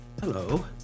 Hello